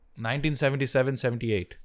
1977-78